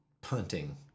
Punting